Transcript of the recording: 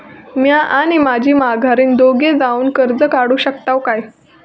म्या आणि माझी माघारीन दोघे जावून कर्ज काढू शकताव काय?